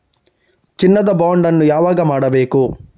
ಚಿನ್ನ ದ ಬಾಂಡ್ ಅನ್ನು ಯಾವಾಗ ಮಾಡಬೇಕು?